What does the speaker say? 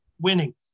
winning